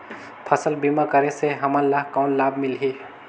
फसल बीमा करे से हमन ला कौन लाभ मिलही?